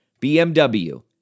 BMW